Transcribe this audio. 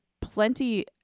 plenty